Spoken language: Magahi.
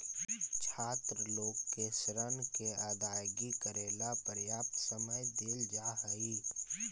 छात्र लोग के ऋण के अदायगी करेला पर्याप्त समय देल जा हई